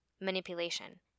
manipulation